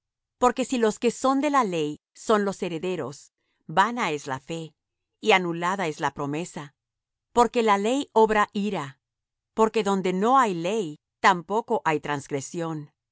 porque si los que son de la ley son los herederos vana es la fe y anulada es la promesa porque la ley obra ira porque donde no hay ley tampoco hay transgresión